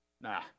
Nah